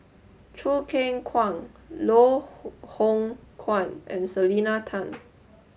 Choo Keng Kwang Loh Hoong Kwan and Selena Tan